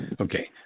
Okay